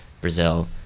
Brazil